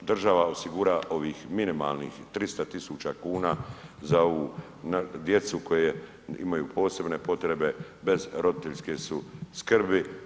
država osigura ovih minimalnih 300.000 kuna za ovu djecu koja imaju posebne potrebe bez roditeljske su skrbi.